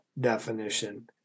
definition